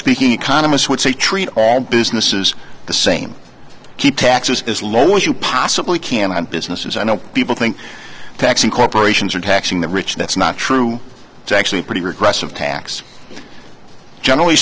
speaking economists would say treat all businesses the same keep taxes as low as you possibly can and businesses i know people think taxing corporations or taxing the rich that's not true it's actually a pretty regressive tax generally